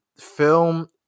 film